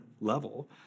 level